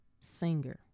singer